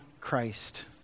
Christ